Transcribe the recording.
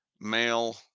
male